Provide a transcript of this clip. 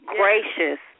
gracious